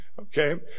Okay